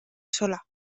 sola